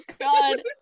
god